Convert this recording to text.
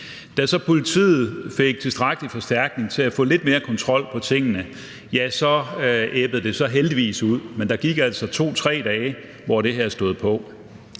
så politiet fik tilstrækkelig forstærkning til at få lidt mere kontrol over tingene, så ebbede det heldigvis ud, men der gik altså 2-3 dage, hvor det her stod på.